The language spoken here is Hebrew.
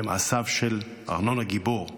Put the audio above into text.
במעשיו של ארנון הגיבור,